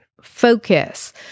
focus